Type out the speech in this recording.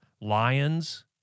lions